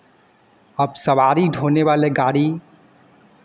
अब सवारी ढोने वाले गाड़ी